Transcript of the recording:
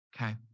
okay